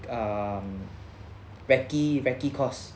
um racky racky course